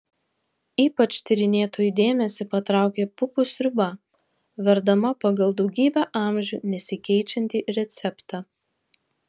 ypač tyrinėtojų dėmesį patraukė pupų sriuba verdama pagal daugybę amžių nesikeičiantį receptą